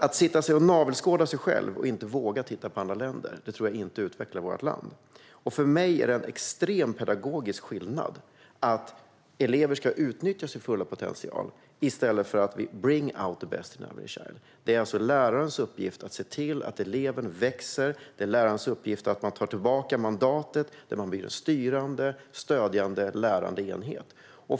Att sitta och navelskåda sig själv och inte våga titta på andra länder tror jag inte utvecklar vårt land. För mig är det en extrem pedagogisk skillnad mellan att elever ska utnyttja sin fulla potential och att vi ska "bring out the best in every child". Det är alltså lärarens uppgift att se till att eleven växer. Det är lärarens uppgift att ta tillbaka mandatet och bli en styrande, stödjande och lärande enhet.